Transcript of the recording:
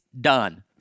done